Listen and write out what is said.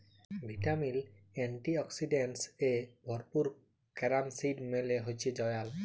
vitamin, antioxidants এ ভরপুর carom seed মালে হচ্যে জয়াল